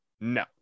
no